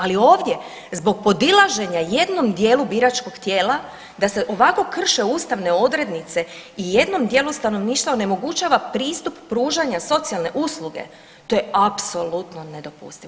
Ali ovdje zbog podilaženja jednom dijelu biračkog tijela da se ovako krše ustavne odrednice i jednom dijelu stanovništva onemogućava pristup pružanja socijalne usluge to je apsolutno nedopustivo.